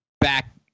back